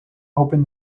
open